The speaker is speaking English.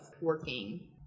working